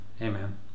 Amen